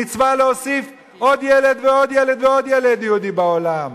ומצווה להוסיף עוד ילד ועוד ילד ועוד ילד יהודי בעולם.